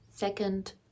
Second